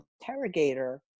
interrogator